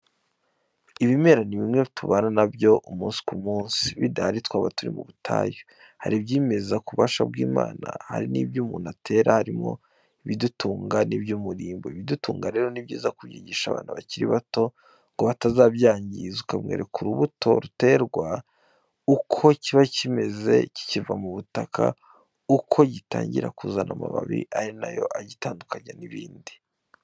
Ibimera ni bimwe tubana na byo umunsi ku munsi. Bidahari twaba turi mu butayu. Hari ibyimeza k'ububasha bw'Imana, hari n'ibyo umuntu atera harimo ibidutunga n'iby'umurimbo. Ibidutunga rero, ni byiza kubyigisha abana bakiri bato ngo batabyangiza. Ukamwereka urubuto ruterwa, uko kiba kimeze kikiva mu butaka, uko gitangira kuzana amababi ari na yo agitandukanya n'ibindi.